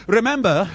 Remember